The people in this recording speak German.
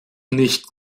nicht